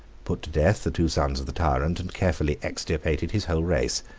put to death the two sons of the tyrant, and carefully extirpated his whole race.